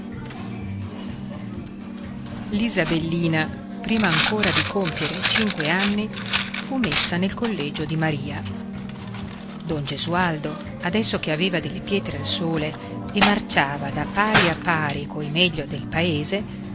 l'isabellina prima ancora di compire i cinque anni fu messa nel collegio di maria don gesualdo adesso che aveva delle pietre al sole e marciava da pari a pari coi meglio del paese